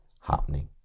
happening